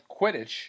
Quidditch